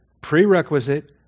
prerequisite